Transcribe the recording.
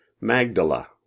Magdala